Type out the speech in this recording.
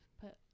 put